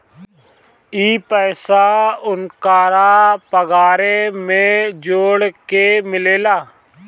ई पइसा ओन्करा पगारे मे जोड़ के मिलेला